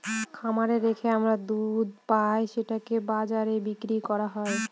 খামারে রেখে আমরা দুধ পাই সেটাকে বাজারে বিক্রি করা হয়